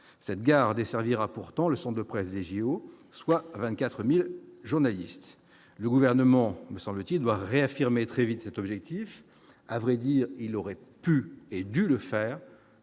cette gare desservira pourtant le centre de presse des JO, soit 24000 journalistes le gouvernement me semble-t-il doit réaffirmer très vite cet objectif à vrai dire, il aurait pu et dû le faire